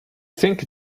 think